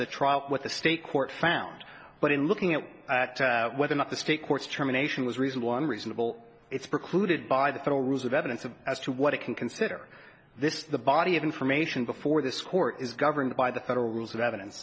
the trial what the state court found but in looking at whether or not the state courts determination was reasonable or unreasonable it's precluded by the federal rules of evidence of as to what it can consider this the body of information before this court is governed by the federal rules of evidence